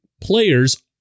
players